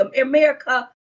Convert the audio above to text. america